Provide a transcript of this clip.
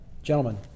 Gentlemen